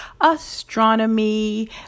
astronomy